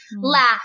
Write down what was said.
laugh